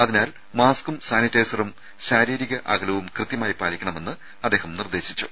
അതിനാൽ മാസ്ക്കും സാനിറ്റൈസറും ശാരീരിക അകലവും കൃത്യമായി പാലിക്കണമെന്ന് അദ്ദേഹം നിർദ്ദേശിച്ചു